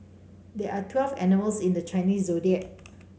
there are twelve animals in the Chinese Zodiac